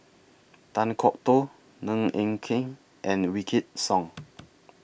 Kan Kwok Toh Ng Eng Hen and Wykidd Song